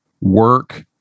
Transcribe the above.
work